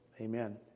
Amen